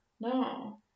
No